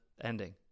ending